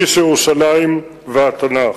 איש ירושלים והתנ"ך.